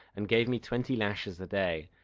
and gave me twenty lashes a day.